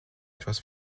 etwas